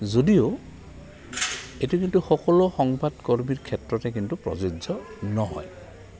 যদিও এইটো কিন্তু সকলো সংবাদকৰ্মীৰ ক্ষেত্ৰতে কিন্তু প্ৰযোজ্য নহয়